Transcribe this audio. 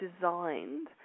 designed